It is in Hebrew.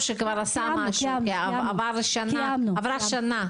עברה שנה.